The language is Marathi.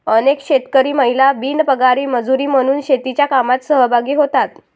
अनेक शेतकरी महिला बिनपगारी मजुरी म्हणून शेतीच्या कामात सहभागी होतात